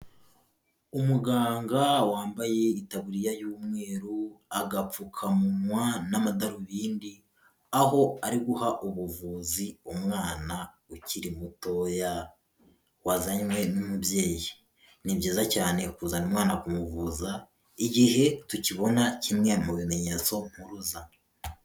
Umuganga wambaye itaburiya y'umweru, agapfukamunwa n'amadarubindi, aho ari guha ubuvuzi umwana ukiri mutoya wazanywe n'umubyeyi, ni byiza cyane kuzana umwana kumuvuza igihe tukibona kimwe mu bimenyetso mpuruza.